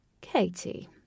Katie